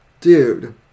dude